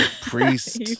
priest